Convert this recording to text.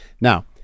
Now